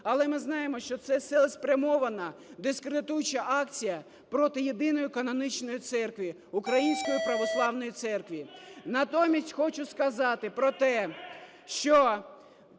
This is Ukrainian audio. Але ми знаємо, що це цілеспрямована дискредитуюча акція проти єдиної канонічної церкви – Української Православної Церкви. Натомість хочу сказати про те, що